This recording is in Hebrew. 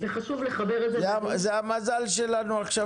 וחשוב לחבר את זה --- זה המזל שלנו עכשיו,